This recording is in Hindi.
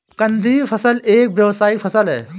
कंदीय फसल एक व्यावसायिक फसल है